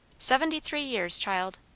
seventy-three years, child.